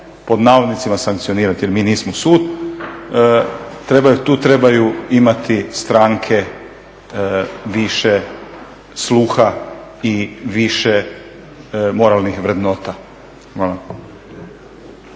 pod navodnicima sankcionirati jer mi nismo sud. Tu trebaju imati stranke više sluha i više moralnih vrednota.